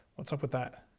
what's up with that?